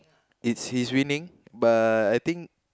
it's his winning but I think